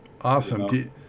Awesome